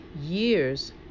years